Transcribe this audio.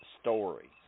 story